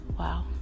Wow